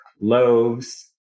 loaves